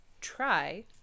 try